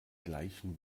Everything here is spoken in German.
gleichen